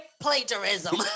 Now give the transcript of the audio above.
plagiarism